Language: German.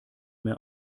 mehr